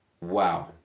Wow